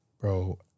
bro